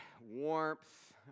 warmth